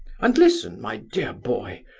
and listen, my dear boy,